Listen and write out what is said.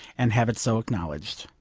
and have it so acknowledged.